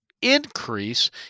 increase